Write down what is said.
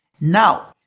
now